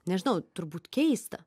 nežinau turbūt keista